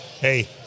hey